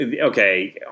Okay